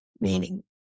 meaning